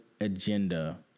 agenda